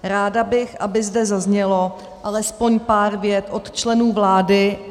Ráda bych, aby zde zaznělo alespoň pár vět od členů vlády.